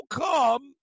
come